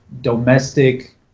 domestic